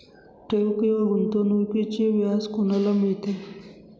ठेव किंवा गुंतवणूकीचे व्याज कोणाला मिळते?